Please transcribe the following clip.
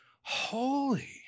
holy